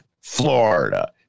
Florida